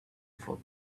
for